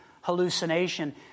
hallucination